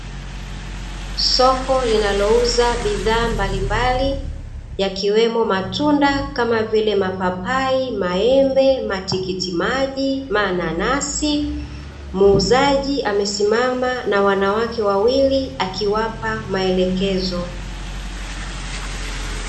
Soko linalouza bidhaa mbalimbali yakiwemo matunda kama vile mapapai, maembe, matikiti maji, mananasi. Muuzaji amesimama na wanawake wawili akiwapa maelekezo.